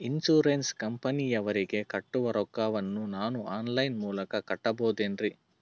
Insurance ಕಂಪನಿಯವರಿಗೆ ಕಟ್ಟುವ ರೊಕ್ಕ ವನ್ನು ನಾನು ಆನ್ ಲೈನ್ ಮೂಲಕ ಕಟ್ಟಬಹುದೇನ್ರಿ?